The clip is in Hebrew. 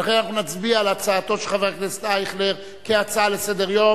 לכן אנחנו נצביע על הצעתו של חבר הכנסת אייכלר כהצעה לסדר-היום,